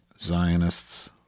Zionists